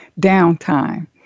downtime